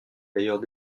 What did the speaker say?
d’ailleurs